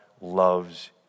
loves